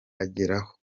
ageraho